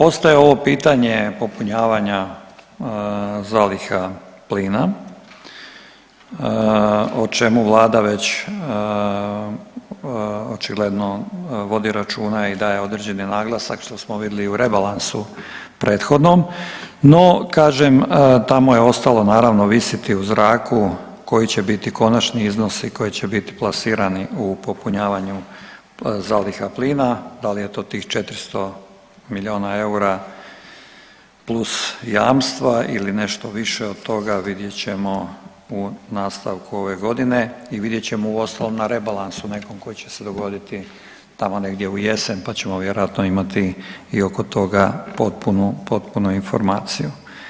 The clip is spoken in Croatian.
Ostaje ovo pitanje popunjavanja zaliha plina, o čemu Vlada već očigledno vodi računa i daje određeni naglasak, što smo vidli i u rebalansu prethodnom, no kažem, tamo je ostalo, naravno, visiti u zraku koji će biti konačni iznosi koji će biti plasirani u popunjavanju zaliha plina, da li je to tih 400 milijuna eura plus jamstva ili nešto više od toga, vidjet ćemo u nastavku ove godine i vidjet ćemo uostalom na rebalansu nekom koji će se dogoditi tamo negdje u jesen pa ćemo vjerojatno imati i oko toga potpunu informaciju.